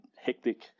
hectic